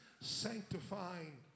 sanctifying